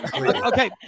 Okay